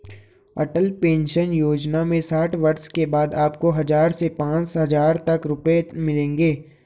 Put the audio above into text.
अटल pension योजना में साठ वर्ष के बाद आपको हज़ार से पांच हज़ार रुपए तक मिलेंगे